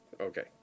Okay